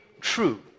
true